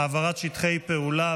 העברת שטחי פעולה,